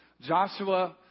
Joshua